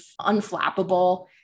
unflappable